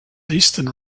eastern